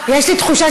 אינו נוכח,